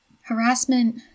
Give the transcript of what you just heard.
Harassment